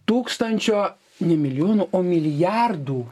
tūkstančio ne milijonų o milijardų